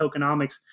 tokenomics